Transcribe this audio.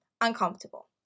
uncomfortable